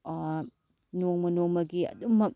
ꯅꯣꯡꯃ ꯅꯣꯡꯃꯒꯤ ꯑꯗꯨꯝꯃꯛ